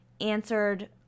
answered